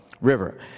River